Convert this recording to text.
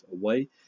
away